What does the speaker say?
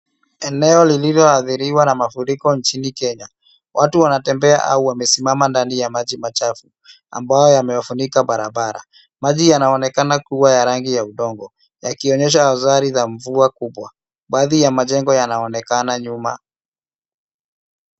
Eneo lililo adhiriwa na mafuriko inchini Kenya. Watu wanatembea au wamesimama ndani ya maji machafu ambayo yamefunika barabara. Maji yanaonekana kuwa ya rangi ya udongo, yakionyesha hadhari za mvua kubwa. Baadhi ya majengo yanaonekana nyuma.